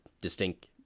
distinct